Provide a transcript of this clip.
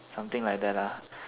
something like that lah